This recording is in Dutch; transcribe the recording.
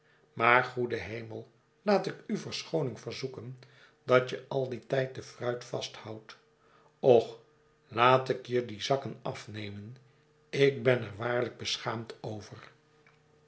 maar goede hemel laat iku verschooning verzbeken dat je al dien tijd de fruit vasthoudt och laat ik je die zakken afnemen ik ben er waarlijk beschaamd over